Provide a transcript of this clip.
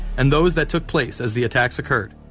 and those that took place as the attacks occurred.